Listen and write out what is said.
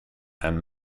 and